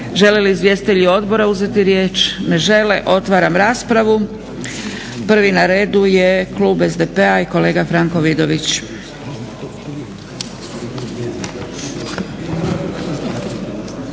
Žele li izvjestitelji odbora uzeti riječ? Ne žele. Otvaram raspravu. Prvi na redu je klub SDP-a i kolega Franko Vidović.